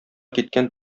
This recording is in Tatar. киткән